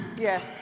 Yes